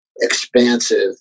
expansive